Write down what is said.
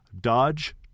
Dodge